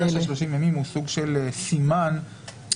הפרמטר של 30 הימים הוא סוג של סימן למידת